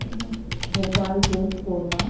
ठीक है भोपाल गोश्त कोरमा